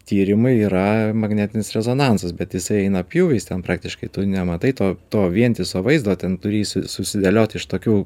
tyrimai yra magnetinis rezonansas bet jisai eina pjūviais ten praktiškai tu nematai to to vientiso vaizdo ten turi jį susidėliot iš tokių